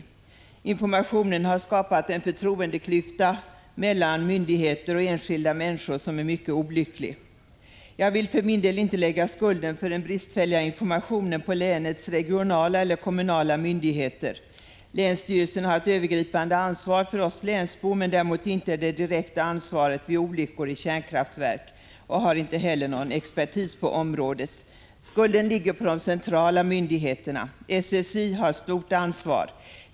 Bristerna när det gäller informationen har skapat en förtroendeklyfta mellan myndigheter och enskilda människor som är mycket olycklig. Jag vill för min del inte lägga skulden för den bristfälliga informationen på länets regionala eller kommunala myndigheter. Länsstyrelsen har ett övergripande ansvar för oss länsbor men däremot inte det direkta ansvaret vid olyckor i kärnkraftverk. Länsstyrelsen har inte heller någon expertis på området. Skulden ligger hos de centrala myndigheterna. SSI har stort ansvar.